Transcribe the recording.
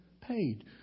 paid